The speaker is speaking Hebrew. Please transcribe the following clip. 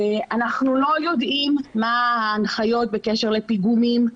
אנחנו לא יודעים מהן ההנחיות בקשר לפיגומים,